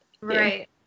Right